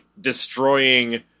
destroying